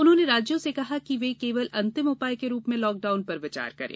उन्होंने राज्यों से कहा कि वे केवल अंतिम उपाय के रूप में लॉकडाउन पर विचार करें